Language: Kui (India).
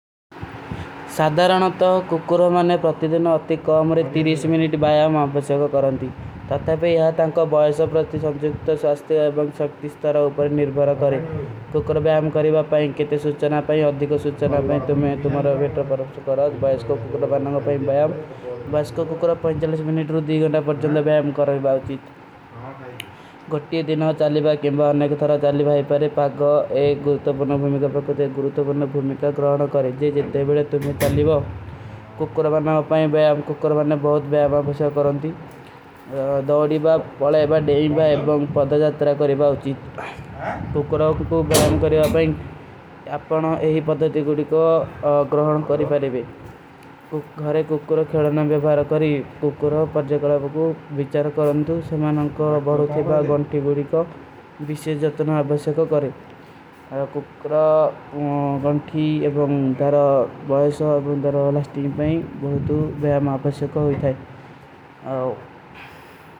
ସାଧରନତ କୁକରୋ ମନେ ପ୍ରତି ଦିନ ଅତିକ କମରେ ତୀସ ମିନୀଟ ବଯାମ ଆପକା ସ୍ଵାଗତ କରନତୀ। ତାତ୍ଯାପେ ଯହାଂ ତାଂକା ବଯାସନ ପ୍ରତି ସଂଜୁଗତ ସ୍ଵାସ୍ଥୀ ଏବଂଗ ଶକ୍ତି ସ୍ଥାର ଉପରେ ନିର୍ଭରା କରେଂ। କୁକରୋ ବଯାମ କରେବା ପାଏଂ, କେତେ ସୁଚନା ପାଏଂ, ଅଧିକୋ ସୁଚନା ପାଏଂ, ତୁମ୍ହେଂ ତୁମ୍ହେଂ ଵେଟ୍ର ପରଵଶ୍ଵ କରାଜ। ବାଈସ କୋ କୁକରୋ ବାନନା ପାଏଂ ବଯାମ। ବାଈସ କୋ କୁକରୋ ପୈତାଲୀସ ମିନୀଟ ରୂ ଦୀ ଗୁଣା ପର ଚଲ ବଯାମ କରେବା ଉଚିତ। ଗଟୀ ଦିନାଁ ଚଲ ବାଈଂ କେଂବା, ଅନେକ ଥାରା ଚଲ ବାଈଂ ପରେ, ପାକୋ ଏକ ଗୁରୁତ ବୁର୍ଣ ଭୂମିକା ପାକୋ, ତେ ଗୁରୁତ ବୁର୍ଣ ଭୂମିକା ଗରହନ କରେଂ। ଜିତନେ ଵିଡେ ତୁମ୍ହେଂ ଚଲ ବାଈଂ ବାଈଂ।